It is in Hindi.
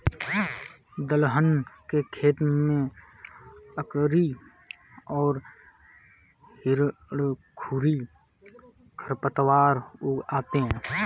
दलहन के खेत में अकरी और हिरणखूरी खरपतवार उग आते हैं